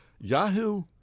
Yahoo